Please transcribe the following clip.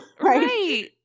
Right